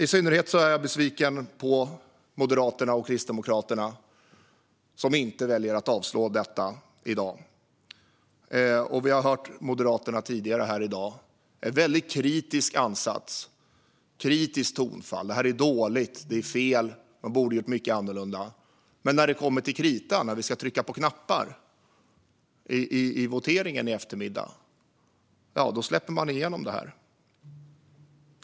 I synnerhet är jag besviken på Moderaterna och Kristdemokraterna, som inte väljer att avslå detta i dag. Vi har hört Moderaterna tidigare här i dag, med ett väldigt kritiskt tonfall. Detta är dåligt och fel, och man borde ha gjort mycket annorlunda. Men när det kommer till kritan och vi ska trycka på knappar vid voteringen i eftermiddag släpper man igenom detta.